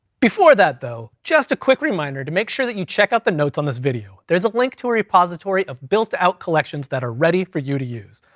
before that though, just a quick reminder to make sure that you check out the notes on this video. there's a link to a repository of built out collections that are ready for you to use.